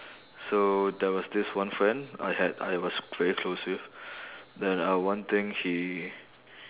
so there was this one friend I had I was very close with that uh one thing he